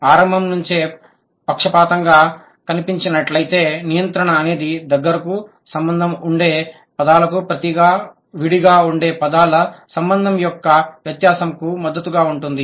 ఆరంభం నుంచే పక్షపాతంగా కనిపించనట్లయితే నియంత్రణ అనేది దగ్గర కు సంబంధం ఉండే పదాలకు ప్రతిగా విడిగా ఉండే పదాల సంబంధం యొక్క వ్యత్యాసంకు మద్దతుగా ఉంటుంది